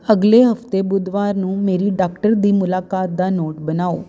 ਅਗਲੇ ਹਫਤੇ ਬੁੱਧਵਾਰ ਨੂੰ ਮੇਰੀ ਡਾਕਟਰ ਦੀ ਮੁਲਾਕਾਤ ਦਾ ਨੋਟ ਬਣਾਓ